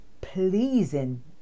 pleasing